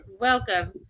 Welcome